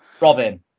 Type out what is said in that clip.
Robin